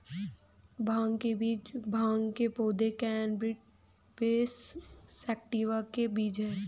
भांग के बीज भांग के पौधे, कैनबिस सैटिवा के बीज हैं